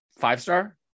five-star